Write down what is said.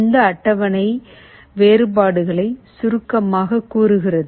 இந்த அட்டவணை வேறுபாடுகளை சுருக்கமாகக் கூறுகிறது